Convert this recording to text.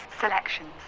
selections